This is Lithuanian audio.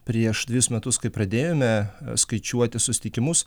prieš dvejus metus kai pradėjome skaičiuoti susitikimus